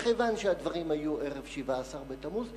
וכיוון שהדברים היו ערב שבעה-עשר בתמוז,